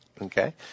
Okay